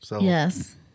Yes